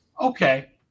Okay